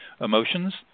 emotions